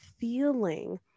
feeling